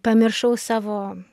pamiršau savo